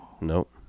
nope